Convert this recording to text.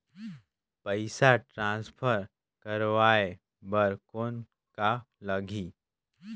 पइसा ट्रांसफर करवाय बर कौन का लगही?